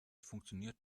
funktioniert